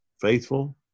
faithful